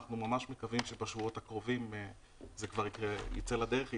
אנחנו ממש מקווים שבשבועות הקרובים זה כבר יצא לדרך.